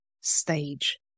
stage